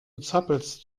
zappelst